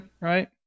right